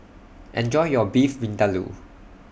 Enjoy your Beef Vindaloo